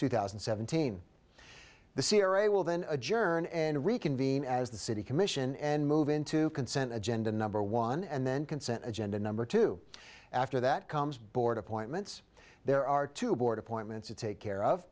two thousand and seventeen the c r a will then adjourn and reconvene as the city commission and move into consent agenda number one and then consent agenda number two after that comes board appointments there are two board appointments to take care of